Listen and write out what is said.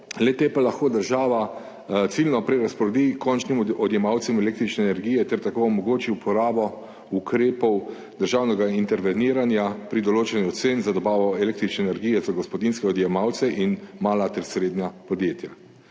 le-te pa lahko država ciljno prerazporedi končnim odjemalcem električne energije ter tako omogoči uporabo ukrepov državnega interveniranja pri določanju cen za dobavo električne energije za gospodinjske odjemalce in mala ter srednja podjetja.